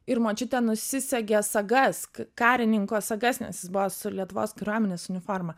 ir močiutė nusisegė sagas karininko sagas nes jis buvo su lietuvos kariuomenės uniforma